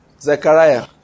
Zechariah